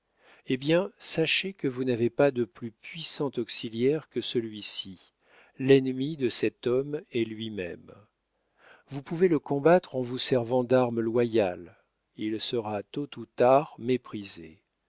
eh bien sachez que vous n'avez pas de plus puissant auxiliaire que celui-ci l'ennemi de cet homme est lui-même vous pouvez le combattre en vous servant d'armes loyales il sera tôt ou tard méprisé